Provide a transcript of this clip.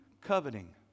coveting